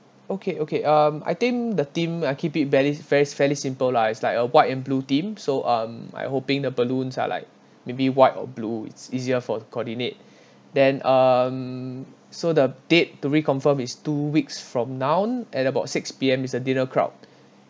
okay okay um I think the theme I keep it barely~ fairly fairly simple lah it's like a white and blue theme so um I'm hoping the balloons are like maybe white or blue it's easier for coordinate then um so the date to reconfirm is two weeks from now at about six P_M is a dinner crowd